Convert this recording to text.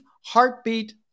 heartbeat